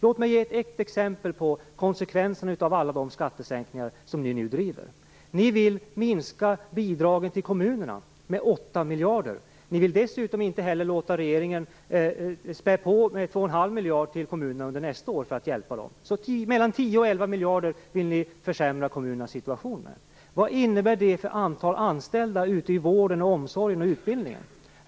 Låt mig ge ett exempel på konsekvenserna av alla de skattesänkningar som ni nu driver. Ni vill minska bidragen till kommunerna med 8 miljarder. Ni vill dessutom inte heller låta regeringen spä på med 2,5 miljarder till kommunerna under nästa år för att hjälpa dem. Ni vill försämra kommunernas situation med 10-11 miljarder. Vad innebär det i antal anställda i vården, omsorgen och utbildningen?